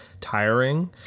tiring